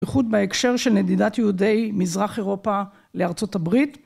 בייחוד בהקשר של נדידת יהודי מזרח אירופה לארה״ב